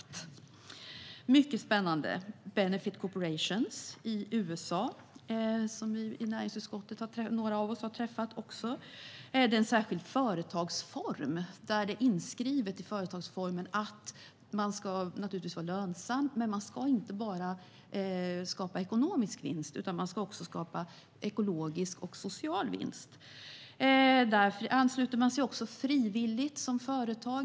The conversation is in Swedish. Det är mycket spännande. Sedan har vi benefit corporations i USA, som några av oss i näringsutskottet har träffat. Det är en särskild företagsform där det är inskrivet i företagsformen att man inte bara ska skapa ekonomisk vinst utan också ekologisk och social vinst. Företagen ansluter sig givetvis frivilligt.